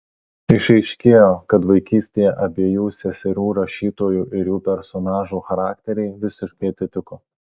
išaiškėjo kad vaikystėje abiejų seserų rašytojų ir jų personažų charakteriai visiškai atitiko